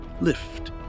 lift